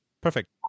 perfect